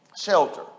Shelter